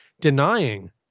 denying